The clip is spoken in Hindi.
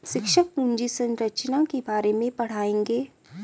शिक्षक पूंजी संरचना के बारे में पढ़ाएंगे